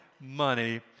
money